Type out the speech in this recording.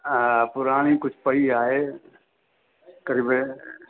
हा हा पुराणी कुझु पई आहे क़रीब